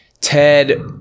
Ted